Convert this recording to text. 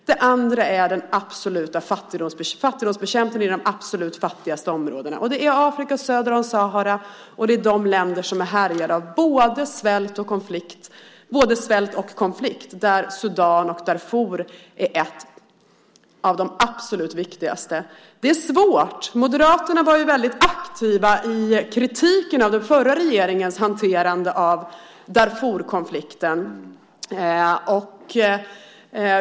Den andra är fattigdomsbekämpningen i de absolut fattigaste områdena. Det är Afrika söder om Sahara, och det är de länder som är härjade av både svält och konflikt. Sudan och Darfur är ett av de absolut viktigaste. Men det är svårt. Moderaterna var väldigt aktiva i kritiken av den förra regeringens hanterande av Darfurkonflikten.